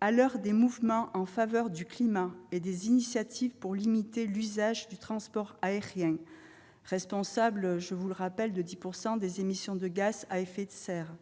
À l'heure des mouvements en faveur du climat et des initiatives pour limiter l'usage du transport aérien, responsable, je vous le rappelle, de 10 % des émissions de gaz à effet de serre,